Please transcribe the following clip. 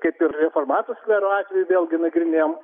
kaip ir reformatų skvero atveju vėlgi nagrinėjom